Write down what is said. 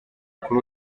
kuri